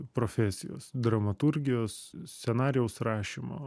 profesijos dramaturgijos scenarijaus rašymo